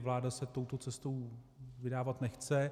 Vláda se touto cestou vydávat nechce.